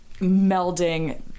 melding